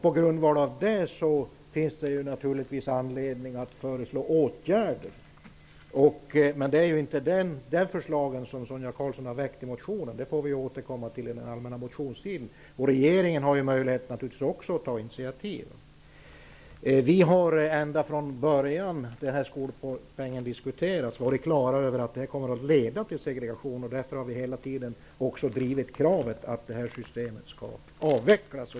På grundval av detta finns det naturligtvis anledning att föreslå åtgärder. Men det är inte det förslaget som Sonia Karlsson har fört fram i motionen. Det får vi återkomma till under den allmänna motionstiden. Regeringen har givetvis också möjlighet att ta initiativ. Vi har ända sedan diskussionen om skolpengen började varit på det klara med att detta kommer att leda till segregation. Därför har vi också hela tiden drivit kravet att detta system skall avvecklas.